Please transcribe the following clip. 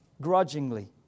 grudgingly